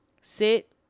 sit